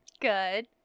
good